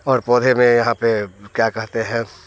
और पौधे में यहाँ पे क्या कहते है